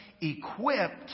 equipped